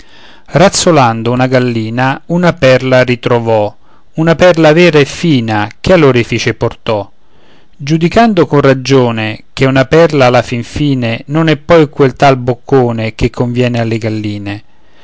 razzolando una gallina una perla ritrovò una perla vera e fina che all'orefice portò giudicando con ragione che una perla alla fin fine non è poi quel tal boccone che conviene alle galline